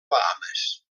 bahames